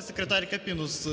секретар Капінус,